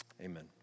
amen